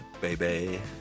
baby